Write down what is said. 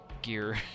gear